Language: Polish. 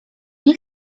nie